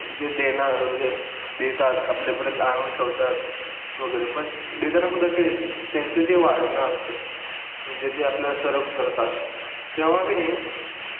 जे देणं म्हणजे देतात आपल्यापर्यंत आणून ठेवतात वगैरे पण देताना सुद्धा केले त्यांचं जे वाढणं असतं म्हणजे ते आपल्याला सर्व्ह करतात तेव्हा की नाही